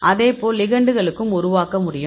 அதேபோல் லிகெண்டுகளுக்கு உருவாக்க முடியும்